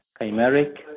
chimeric